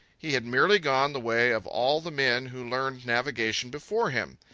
he had merely gone the way of all the men who learned navigation before him.